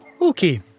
Okay